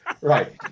right